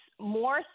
more